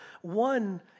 One